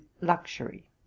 luxury